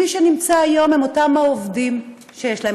מי שנמצא היום הם אותם העובדים שיש להם